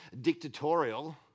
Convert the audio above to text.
dictatorial